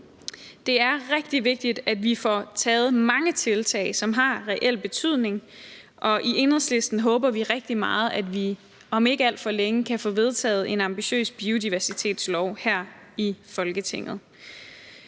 Det er rigtig vigtigt, at vi får taget mange tiltag, som har reel betydning, og i Enhedslisten håber vi rigtig meget, at vi om ikke alt for længe kan få vedtaget en ambitiøs biodiversitetslov her i Folketinget.